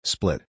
Split